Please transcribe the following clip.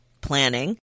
planning